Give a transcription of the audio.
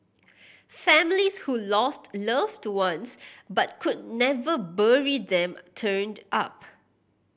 families who lost loved ones but could never bury them turned up